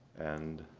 and,